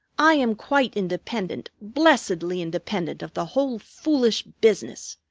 i am quite independent blessedly independent of the whole foolish business.